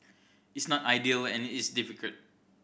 it's not ideal and it's difficult